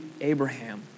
Abraham